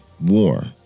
war